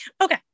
okay